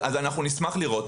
אנחנו נשמח לראות.